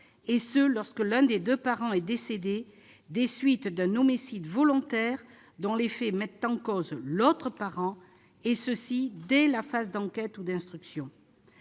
parentale lorsque l'un des deux parents est décédé des suites d'un homicide volontaire et que les faits mettent en cause l'autre parent, cela dès la phase d'enquête ou d'instruction